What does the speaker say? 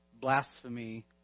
Blasphemy